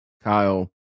kyle